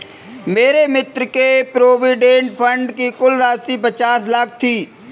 मेरे मित्र के प्रोविडेंट फण्ड की कुल राशि पचास लाख थी